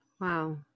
Wow